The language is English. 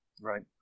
Right